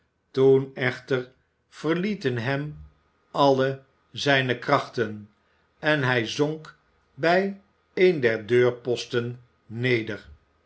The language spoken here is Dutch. toen echter verlieten hem olivier twist alle zijne krachten en hij zonk bij een der deurposten neder